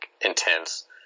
intense